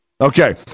Okay